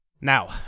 Now